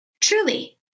Truly